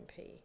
MP